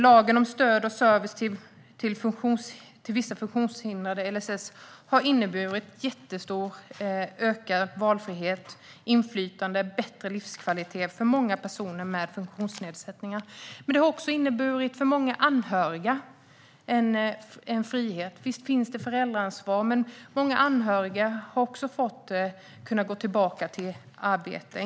Lagen om stöd och service till vissa funktionshindrade, LSS, har inneburit en jättestor ökad valfrihet, inflytande och bättre livskvalitet för många personer med funktionsnedsättningar. Det har också för många anhöriga inneburit en frihet. Visst finns det föräldraansvar. Men många anhöriga har också kunnat gå tillbaka till arbete.